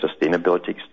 sustainability